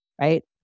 right